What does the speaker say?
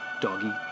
Doggy